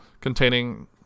containing